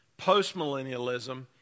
postmillennialism